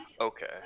Okay